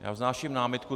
Já vznáším námitku.